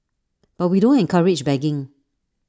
but we don't encourage begging